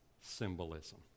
symbolism